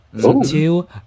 Two